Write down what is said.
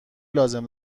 لازم